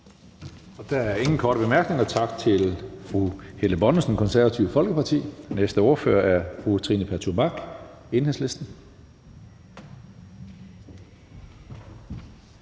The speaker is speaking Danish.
Der er ingen korte bemærkninger. Tak til fru Helle Bonnesen, Det Konservative Folkeparti. Den næste ordfører er fru Trine Pertou Mach, Enhedslisten.